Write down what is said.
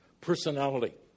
personality